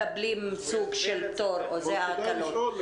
הן מקבלות סוג של פטור או הקלות.